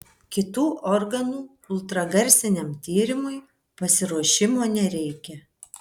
kitų organų ultragarsiniam tyrimui pasiruošimo nereikia